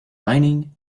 mining